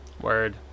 word